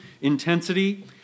intensity